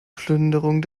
plünderung